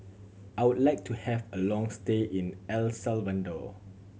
I would like to have a long stay in El Salvador